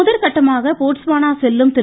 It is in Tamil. முதல்கட்டமாக போட்ஸ்வானா செல்லும் திரு